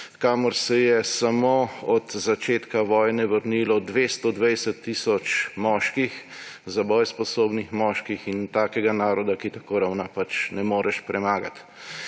kamor se je samo od začetka vojne vrnilo 220 tisoč moških, za boj sposobnih moških. Takega naroda, ki tako ravna, pač ne moreš premagati.